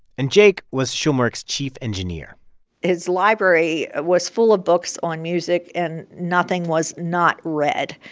and jake was schulmerich's chief engineer his library was full of books on music and nothing was not read.